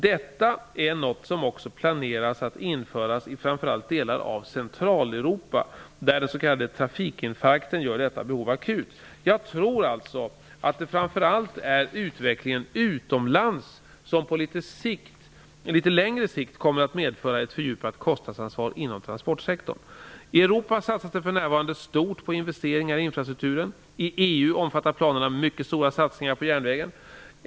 Detta är något som också planeras att införas i framför allt delar av Centraleuropa där den s.k. trafikinfarkten gör detta behov akut. Jag tror alltså att det framför allt är utvecklingen utomlands som på litet längre sikt kommer att medföra ett fördjupat kostnadsansvar inom transportsektorn. I Europa satsas det för närvarande stort på investeringar i infrastrukturen. I EU omfattar planerna mycket stora satsningar på järnvägen.